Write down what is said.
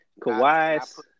Kawhi's